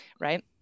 right